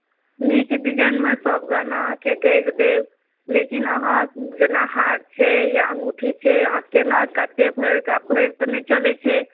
नीक डिजाइनमे सभगहना अहाँके गढ़ि देब लेकिन अहाँ जेना हार छै या अङ्गूठी छै अहाँ केना कतेक भरि आब भरि तऽ नहि चलैत छै